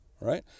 Right